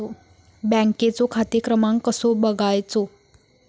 बँकेचो खाते क्रमांक कसो बगायचो?